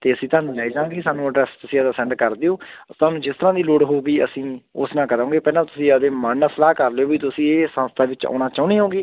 ਅਤੇ ਅਸੀਂ ਤੁਹਾਨੂੰ ਲੈ ਜਾਂਗੇ ਸਾਨੂੰ ਅਡਰੈਸ ਤੁਸੀਂ ਆਪਣਾ ਸੈਂਡ ਕਰ ਦਿਓ ਤੁਹਨੂੰ ਜਿਸ ਤਰ੍ਹਾਂ ਦੀ ਲੋੜ ਹੋਵੇਗੀ ਅਸੀਂ ਉਸ ਤਰ੍ਹਾਂ ਕਰਾਂਗੇ ਪਹਿਲਾਂ ਤੁਸੀਂ ਆਪਣੇ ਮਨ ਨਾਲ ਸਲਾਹ ਕਰ ਲਿਓ ਵੀ ਤੁਸੀਂ ਇਹ ਸੰਸਥਾ ਵਿੱਚ ਆਉਣਾ ਚਾਹੁੰਦੇ ਹੋ ਗੇ